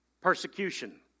persecution